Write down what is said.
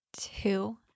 two